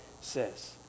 says